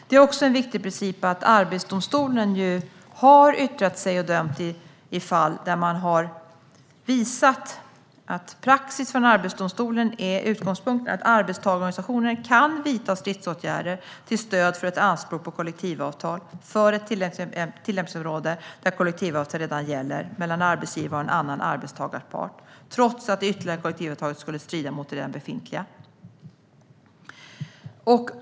Det är också en viktig princip att Arbetsdomstolen har yttrat sig och dömt i fall där man har visat att praxis från Arbetsdomstolen är att utgångspunkten är att arbetstagarorganisationen kan vidta stridsåtgärder till stöd för anspråk på kollektivavtal för ett tillämpningsområde där kollektivavtal redan gäller mellan arbetsgivare och en annan arbetstagarpart trots att det ytterligare kollektivavtalet skulle strida mot det redan befintliga.